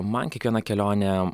man kiekviena kelionė